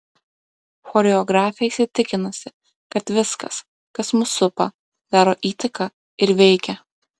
choreografė įsitikinusi kad viskas kas mus supa daro įtaką ir veikia